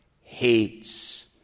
hates